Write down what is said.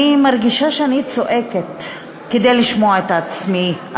אני מרגישה שאני צועקת כדי לשמוע את עצמי,